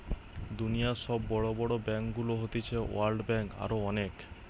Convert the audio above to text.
দুনিয়র সব বড় বড় ব্যাংকগুলো হতিছে ওয়ার্ল্ড ব্যাঙ্ক, আরো অনেক